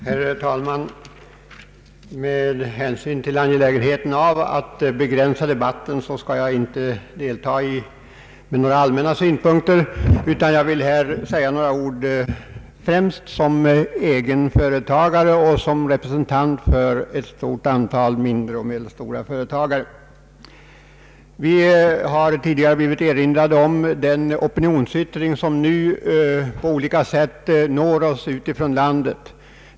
Herr talman! Med hänsyn till angelägenheten av att begränsa debatten skall jag inte anföra några allmänna synpunkter, utan vill säga några ord främst som egen företagare och som representant för ett stort antal mindre och medelstora företagare. Vi har tidigare blivit påminda om den opinionsyttring som nu på olika sätt når oss från en del håll ute i landet.